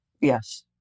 Yes